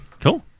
Cool